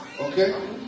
Okay